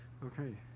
Okay